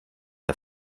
der